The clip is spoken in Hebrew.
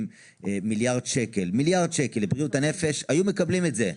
מיליארד שקל לבריאות הנפש היו מקבלים את זה.